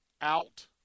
out